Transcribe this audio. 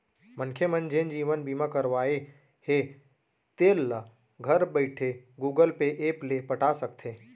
मनखे मन जेन जीवन बीमा करवाए हें तेल ल घर बइठे गुगल पे ऐप ले पटा सकथे